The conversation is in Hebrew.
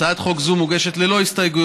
הצעת חוק זו מוגשת ללא הסתייגויות,